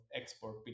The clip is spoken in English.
export